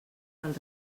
del